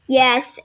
yes